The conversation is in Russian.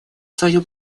свою